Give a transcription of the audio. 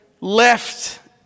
left